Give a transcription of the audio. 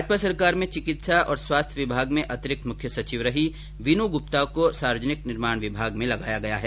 भाजपा सरकार में चिकित्सा और स्वास्थ्य विभाग में अतिरिक्त मुख्य सचिव रही वीनू गुप्ता को सार्वजनिक निर्माण विभाग में लगाया गया है